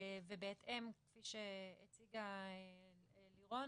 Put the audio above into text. בהתאם להצגה של לירון,